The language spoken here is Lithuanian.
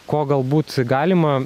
ko galbūt galima